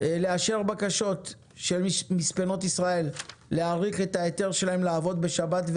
לאשר בקשות של מספנות ישראל להאריך את ההיתר שלהם לעבוד בשבת,